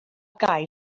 gael